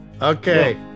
Okay